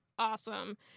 awesome